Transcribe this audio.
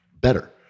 better